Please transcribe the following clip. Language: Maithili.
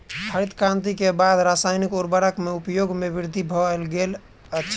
हरित क्रांति के बाद रासायनिक उर्वरक के उपयोग में वृद्धि भेल अछि